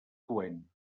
coent